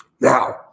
Now